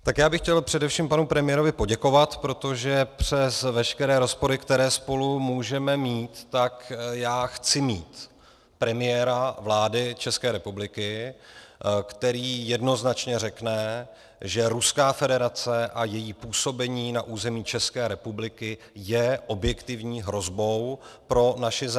Tak já bych chtěl především panu premiérovi poděkovat, protože přes veškeré rozpory, které spolu můžeme mít, já chci mít premiéra vlády České republiky, který jednoznačně řekne, že Ruská federace a její působení na území České republiky je objektivní hrozbou pro naši zemi.